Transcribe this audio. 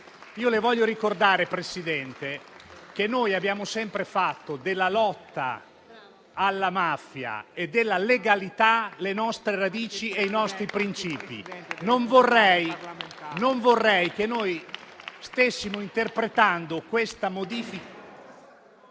Le voglio ricordare, Presidente, che noi abbiamo sempre fatto della lotta alla mafia e della legalità le nostre radici e i nostri princìpi. Non vorrei che stessimo interpretando questa modifica...